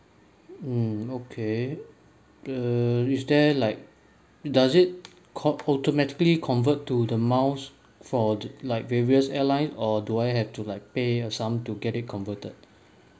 mm okay err is there like does it con~ automatically convert to the miles for like various airlines or do I have to like pay a sum to get it converted